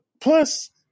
Plus –